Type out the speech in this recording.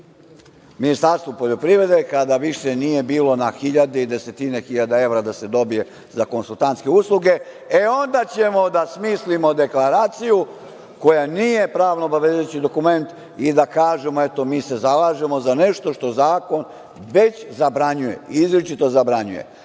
Ministarstvu poljoprivrede, kada više nije bilo na hiljade i desetine hiljada evra da se dobije za konsultantske usluge, e, onda ćemo da smislimo deklaraciju koja nije pravno obavezujući dokument i da kažemo - eto, mi se zalažemo za nešto što zakon već zabranjuje, izričito zabranjuje,